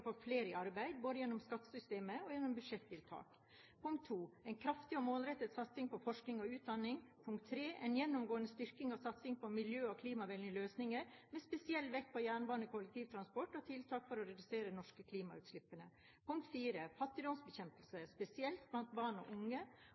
få flere i arbeid, både gjennom skattesystemet og gjennom budsjettiltak en kraftig og målrettet satsing på forskning og utdanning en gjennomgående styrking og satsing på miljø- og klimavennlige løsninger, med spesiell vekt på jernbane, kollektivtransport og tiltak for å redusere de norske klimautslippene fattigdomsbekjempelse, spesielt blant barn og unge